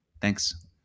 Thanks